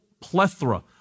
plethora